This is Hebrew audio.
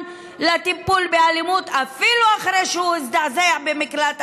לטיפול באלימות אפילו אחרי שהוא הזדעזע במקלט הנשים?